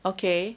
okay